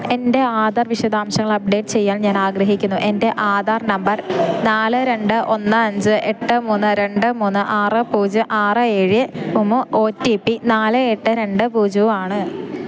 എൻ്റെ ആധാർ വിശദാംശങ്ങൾ അപ്ഡേറ്റ് ചെയ്യാൻ ഞാൻ ആഗ്രഹിക്കുന്നു എൻ്റെ ആധാർ നമ്പർ നാല് രണ്ട് ഒന്ന് അഞ്ച് എട്ട് മൂന്ന് രണ്ട് മൂന്ന് ആറ് പൂജ്യം ആറ് ഏഴ് ഉമും ഒ റ്റി പി നാല് എട്ട് രണ്ട് പൂജ്യവും ആണ്